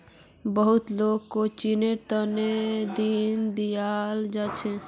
बहुत ला कोचिंगेर तने लोन दियाल जाछेक